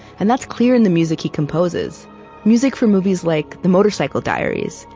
and that's clear in the music he composes music for movies like the motorcycle diaries,